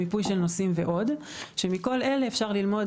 מיפוי של נושאים ועוד כאשר מכל אלה אפשר ללמוד